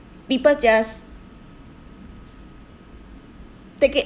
people just take it